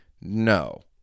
No